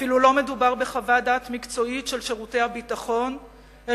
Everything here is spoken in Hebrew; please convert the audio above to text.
אפילו לא מדובר בחוות דעת מקצועית של שירותי הביטחון אל